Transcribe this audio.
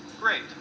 great